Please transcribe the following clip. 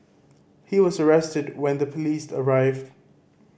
he was arrested when the police arrived